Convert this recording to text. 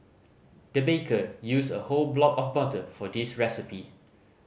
the baker used a whole block of butter for this recipe